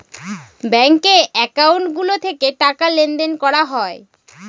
ব্যাঙ্কে একাউন্ট গুলো থেকে টাকা লেনদেন করা হয়